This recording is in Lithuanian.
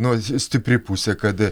nors stipri pusė kad